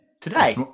today